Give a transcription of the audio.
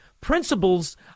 principles